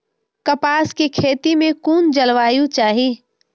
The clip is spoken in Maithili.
कपास के खेती में कुन जलवायु चाही?